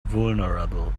vulnerable